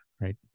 right